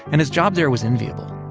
and his job there was enviable.